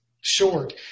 short